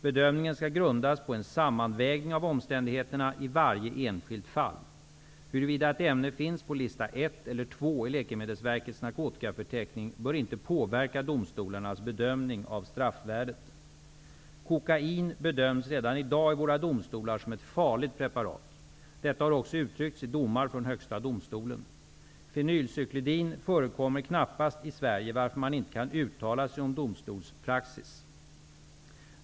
Bedömningen skall grundas på en sammanvägning av omständigheterna i varje enskilt fall. Huruvida ett ämne finns på lista I eller II i Läkemedelsverkets narkotikaförteckning bör inte påverka domstolarnas bedömning av straffvärdet. Kokain bedöms redan i dag i våra domstolar som ett farligt preparat. Detta har också uttryckts i domar från Högsta domstolen. Fenylcyklidin förekommer knappast inte i Sverige, varför man inte kan uttala sig om domstolspraxis.